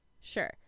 sure